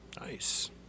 nice